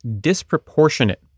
disproportionate